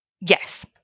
Yes